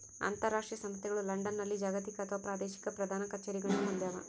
ಅಂತರಾಷ್ಟ್ರೀಯ ಸಂಸ್ಥೆಗಳು ಲಂಡನ್ನಲ್ಲಿ ಜಾಗತಿಕ ಅಥವಾ ಪ್ರಾದೇಶಿಕ ಪ್ರಧಾನ ಕಛೇರಿಗಳನ್ನು ಹೊಂದ್ಯಾವ